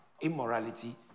immorality